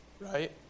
right